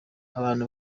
abantu